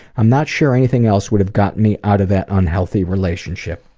i'm not sure anything else would have gotten me out of that unhealthy relationship.